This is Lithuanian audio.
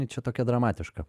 čia tokia dramatiška